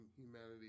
humanity